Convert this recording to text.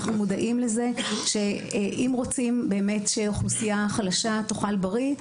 אנחנו מודעים לכך שאם רוצים באמת שאוכלוסייה חלשה תאכל בריא,